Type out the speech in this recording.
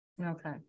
Okay